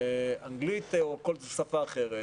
אנגלית או כל שפה אחרת,